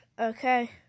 okay